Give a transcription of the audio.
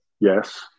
Yes